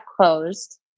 closed